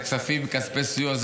זה כספים מכספי סיוע,